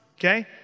Okay